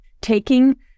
taking